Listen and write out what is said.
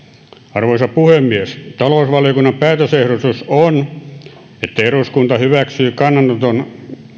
arvoisa puhemies talousvaliokunnan päätösehdotus on että eduskunta hyväksyy kannanoton